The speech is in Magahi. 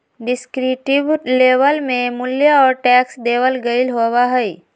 डिस्क्रिप्टिव लेबल में मूल्य और टैक्स देवल गयल होबा हई